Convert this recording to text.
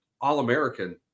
All-American